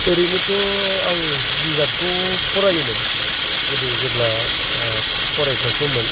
ओरैनोथ'आं बिजाबखौ फरायोमोन गोदो जेब्ला फरायसा सममोन